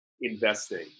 investing